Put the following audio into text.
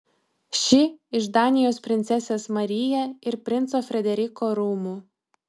ši iš danijos princesės maryje ir princo frederiko rūmų